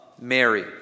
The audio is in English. Mary